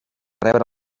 rebre